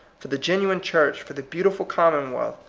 for the genuine church, for the beautiful commonwealth,